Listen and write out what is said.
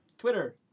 Twitter